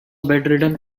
bedridden